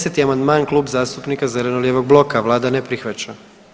10. amandman Klub zastupnika zeleno-lijevog bloka vlada ne prihvaća.